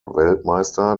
weltmeister